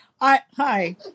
Hi